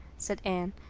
said anne,